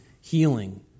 healing